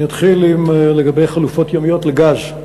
אני אתחיל לגבי חלופות ימיות לגז.